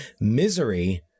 misery